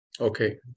Okay